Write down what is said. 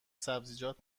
سبزیجات